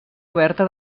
oberta